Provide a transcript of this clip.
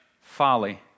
folly